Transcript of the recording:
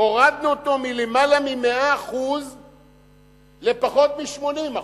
הורדנו אותו מלמעלה מ-100% לפחות מ-80%.